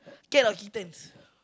cat or kittens